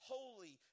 holy